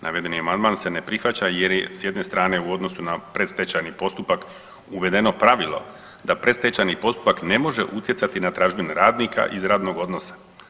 Navedeni amandman se ne prihvaća jer je s jedne strane, u odnosu na predstečajni postupak uvedeno pravilo da predstečajni postupak ne može utjecati na tražbine radnika iz radnog odnosa.